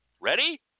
Ready